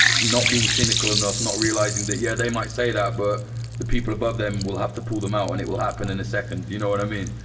not being cynical enough, not realizing that yeah, they might say that, but the people above them will have to pull them out and it will happen in a second. you know what i mean?